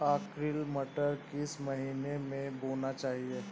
Arkel मटर किस महीना में बोना चाहिए?